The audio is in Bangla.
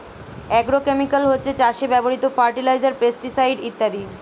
অ্যাগ্রোকেমিকাল হচ্ছে চাষে ব্যবহৃত ফার্টিলাইজার, পেস্টিসাইড ইত্যাদি